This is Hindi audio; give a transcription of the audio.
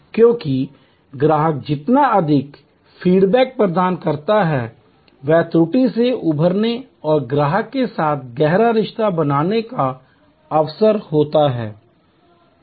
क्योंकि ग्राहक जितना अधिक फीडबैक प्रदान करता है वह त्रुटि से उबरने और ग्राहक के साथ गहरा रिश्ता बनाने का अवसर होता है